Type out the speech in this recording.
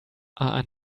are